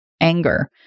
anger